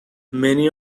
many